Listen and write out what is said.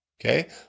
Okay